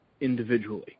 individually